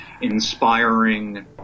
inspiring